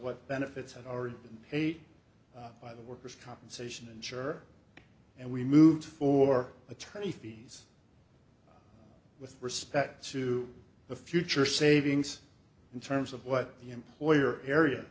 what benefits had already been paid by the workers compensation and sure and we moved for attorney fees with respect to the future savings in terms of what the employer area